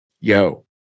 Yo